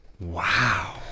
Wow